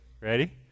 Ready